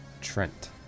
Trent